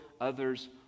others